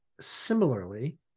similarly